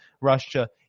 Russia